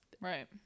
Right